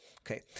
Okay